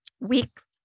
weeks